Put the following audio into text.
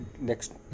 next